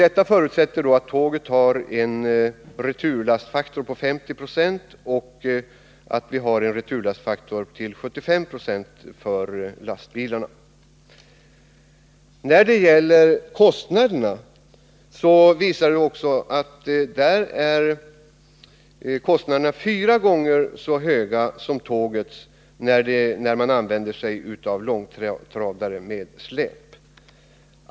En förutsättning är då att tågen har en returlastfaktor på 50 26 och lastbilarna en returlastfaktor på 75 26. Kostnaderna för transporter med långtradare med släp blir fyra gånger så höga som kostnaderna för transporter med tåg.